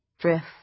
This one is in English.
drift